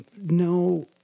no